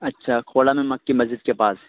اچھا کھولا میں مکی مسجد کے پاس